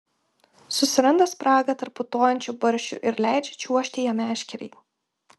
susiranda spragą tarp putojančių barščių ir leidžia čiuožti ja meškerei